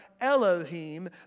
Elohim